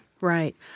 Right